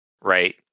right